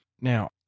Now